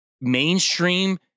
mainstream